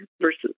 versus